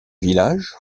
village